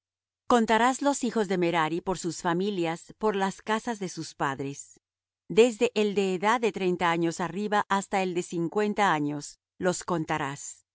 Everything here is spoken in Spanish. contarás los hijos de merari por sus familias por las casas de sus padres desde el de edad de treinta años arriba hasta el de cincuenta años los contarás